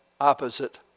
opposite